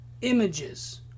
images